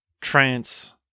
trance